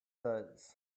days